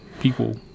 people